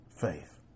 faith